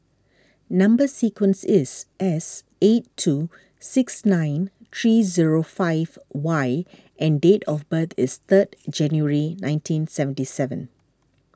Number Sequence is S eight two six nine three zero five Y and date of birth is third January nineteen seventy seven